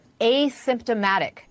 asymptomatic